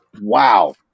wow